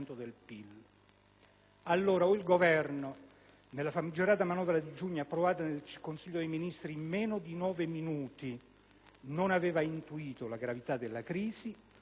Allora, o il Governo, nella famigerata manovra di giugno approvata nel Consiglio dei ministri in meno di nove minuti, non aveva intuito la gravità della crisi, oppure,